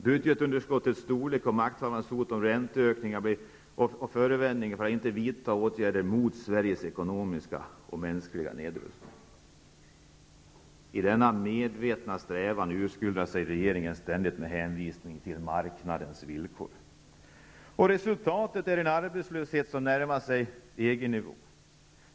Butgetunderskottets storlek och makthavarnas hot om räntehöjningar är förevändningar för att inte vidta åtgärder mot Sveriges ekonomiska och mänskliga nedrustning. I denna medvetna strävan urskuldar sig regeringen ständigt med hänvisning till marknadens villkor. Resultatet är en arbetslöshet som närmar sig EG nivå.